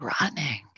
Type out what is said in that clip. running